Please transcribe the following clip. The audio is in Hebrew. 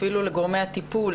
אפילו לגורמי הטיפול,